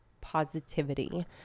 positivity